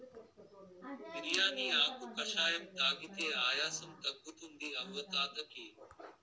బిర్యానీ ఆకు కషాయం తాగితే ఆయాసం తగ్గుతుంది అవ్వ తాత కియి